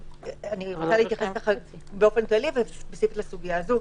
אני רוצה להתייחס באופן כללי וגם ספציפית לסוגיה זו.